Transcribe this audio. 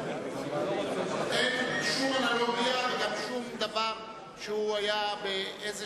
אין שום אנלוגיה וגם שום דבר שהיה באיזו